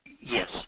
Yes